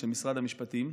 של משרד המשפטים,